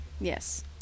Yes